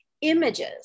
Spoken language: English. images